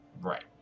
Right